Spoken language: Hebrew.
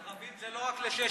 ערבים זה לא רק לשש-בש וחומוס.